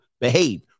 behave